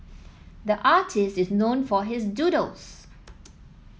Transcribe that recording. the artist is known for his doodles